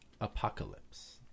Apocalypse